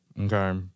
Okay